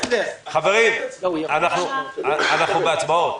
חברים, אנחנו בהצבעות.